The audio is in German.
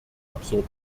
absurd